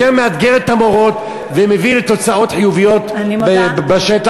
יותר מאתגר את המורות ומביא לתוצאות חיוביות בשטח,